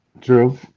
True